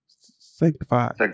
Sanctified